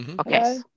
Okay